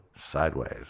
sideways